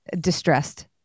distressed